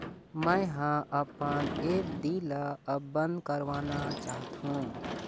मै ह अपन एफ.डी ला अब बंद करवाना चाहथों